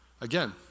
Again